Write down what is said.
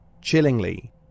Chillingly